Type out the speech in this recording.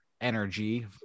energy